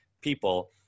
people